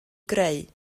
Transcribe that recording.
greu